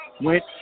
went